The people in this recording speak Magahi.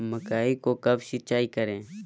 मकई को कब सिंचाई करे?